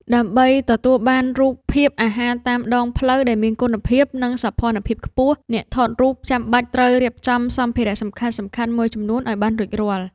ដើម្បីទទួលបានរូបភាពអាហារតាមដងផ្លូវដែលមានគុណភាព និងសោភ័ណភាពខ្ពស់ អ្នកថតរូបចាំបាច់ត្រូវរៀបចំសម្ភារៈសំខាន់ៗមួយចំនួនឱ្យបានរួចរាល់។